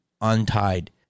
untied